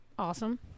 Awesome